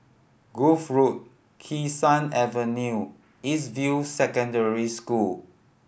Grove Road Kee Sun Avenue and East View Secondary School